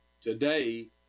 today